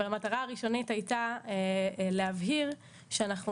אבל המטרה הראשונית הייתה להבהיר שאנחנו